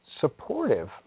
supportive